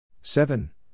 Seven